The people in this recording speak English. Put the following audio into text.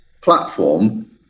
platform